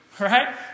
Right